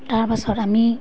তাৰ পাছত আমি